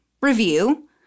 Review